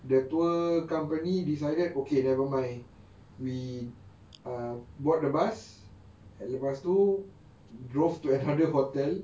the tour company decided okay nevermind we err board the bus and lepas tu drove to another hotel